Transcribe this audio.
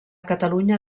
catalunya